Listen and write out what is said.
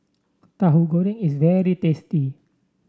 Tahu Goreng is very tasty